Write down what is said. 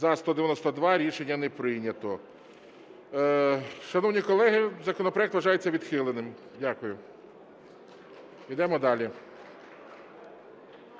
За-192 Рішення не прийнято. Шановні колеги, законопроект вважається відхиленим. Дякую. Ідемо далі.